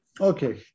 Okay